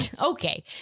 okay